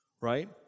Right